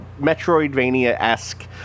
metroidvania-esque